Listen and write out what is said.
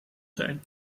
zijn